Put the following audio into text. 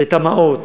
תמ"אות,